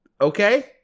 okay